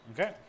Okay